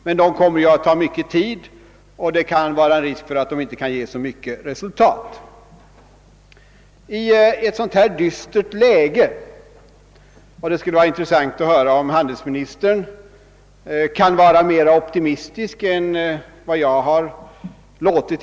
Men sådana förhandlingar kommer att ta mycken tid, och risken är att de inte ger så stort resultat.